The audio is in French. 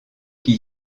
qui